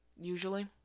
usually